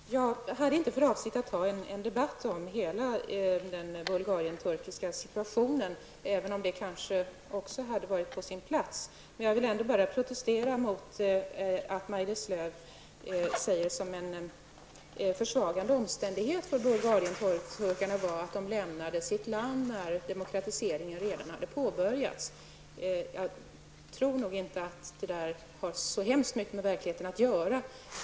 Fru talman! Jag hade inte för avsikt att ta en debatt om hela den Bulgarien-turkiska situationen, även om det kanske också hade varit på sin plats. Jag vill ändå protestera mot att Maj-Lis Lööw säger att en försvagande omständighet för Bulgarien-turkarna var att de lämnade sitt land när demokratiseringen redan hade påbörjats. Jag tror inte att det har så särskilt mycket med verkligheten att göra.